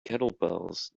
kettlebells